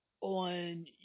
on